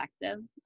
effective